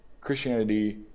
Christianity